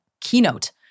keynote